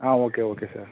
ah okay okay sir